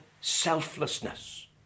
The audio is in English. selflessness